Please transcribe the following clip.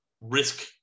risk